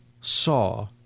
saw